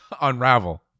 unravel